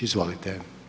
Izvolite.